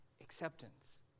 acceptance